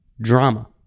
drama